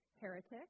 heretic